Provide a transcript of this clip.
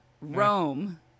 Rome